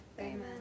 Amen